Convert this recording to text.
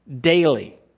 daily